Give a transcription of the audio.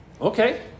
okay